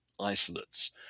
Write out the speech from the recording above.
isolates